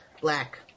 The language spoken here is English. Black